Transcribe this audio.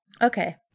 okay